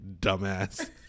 dumbass